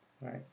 right